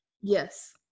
Yes